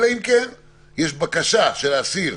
אלא אם כן יש בקשה של האסיר,